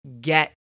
get